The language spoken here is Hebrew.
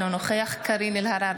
אינו נוכח קארין אלהרר,